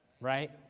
right